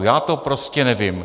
Já to prostě nevím.